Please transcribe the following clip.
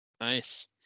Nice